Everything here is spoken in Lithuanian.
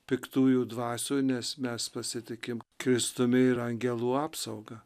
piktųjų dvasių nes mes pasitikim kristumi ir angelų apsauga